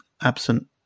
absent